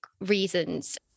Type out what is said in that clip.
reasons